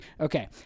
Okay